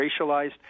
racialized